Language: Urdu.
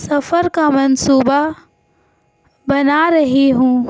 سفر کا منصوبہ بنا رہی ہوں